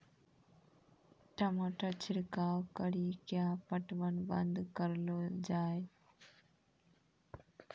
टमाटर छिड़काव कड़ी क्या पटवन बंद करऽ लो जाए?